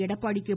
Edappadi K